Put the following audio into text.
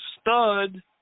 stud